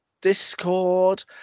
Discord